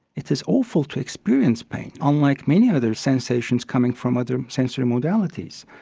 it is awful to experience pain, unlike many other sensations coming from other sensory modalities.